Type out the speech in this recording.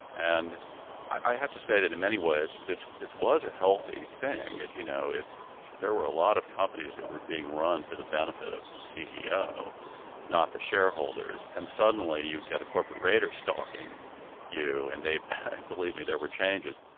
and i have to say that in many ways, this this was a healthy thing. you know, it there were a lot of companies that were being run for the benefit of the ceo, not the shareholders. and suddenly, you get a corporate raider stalking you, and they believe me, there were changes.